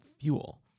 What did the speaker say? fuel